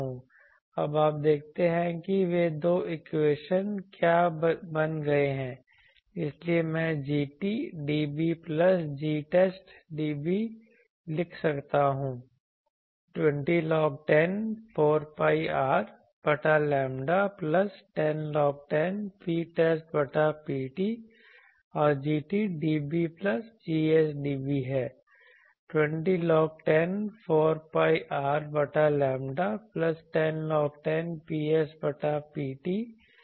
अब आप देखते हैं कि वे दो इक्वेशन क्या बन गए हैं इसलिए मैं Gt dB plus Gtest dB लिख सकता हूँ 20log10 4 pi R बटा लैम्ब्डा प्लस 10log10 Ptest बटा Pt और Gt dB plus Gs dB हैं 20log10 4 pi R बटा लैम्ब्डा प्लस 10log10 Ps बटा Pt